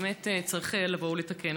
ובאמת צריך לבוא ולתקן.